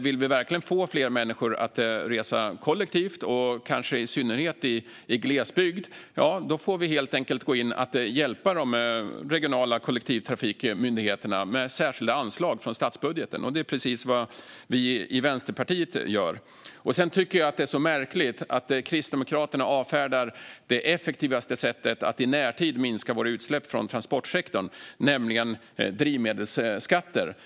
Vill vi verkligen få fler människor att resa kollektivt, och kanske i synnerhet i glesbygd, tänker jag att vi helt enkelt får gå in och hjälpa de regionala kollektivtrafikmyndigheterna med särskilda anslag från statsbudgeten. Det är precis vad vi i Vänsterpartiet gör. Sedan tycker jag att det är mycket märkligt att Kristdemokraterna avfärdar det effektivaste sättet att i närtid minska våra utsläpp från transportsektorn, nämligen drivmedelsskatter.